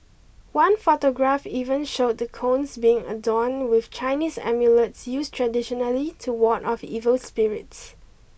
one photograph even showed the cones being adorn with Chinese amulets used traditionally to ward off evil spirits